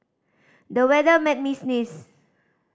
the weather made me sneeze